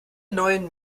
neuen